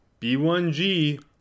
B1G